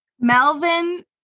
Melvin